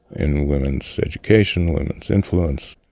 in women's education, women's influence.